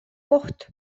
koht